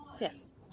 Yes